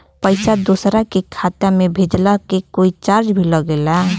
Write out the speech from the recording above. पैसा दोसरा के खाता मे भेजला के कोई चार्ज भी लागेला?